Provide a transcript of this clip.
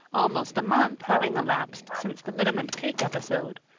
almost a month having elapsed since the liniment cake episode,